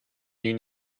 you